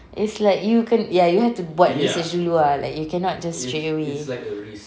it's like you can~ ya you have to buat research dulu ah like you cannot straightaway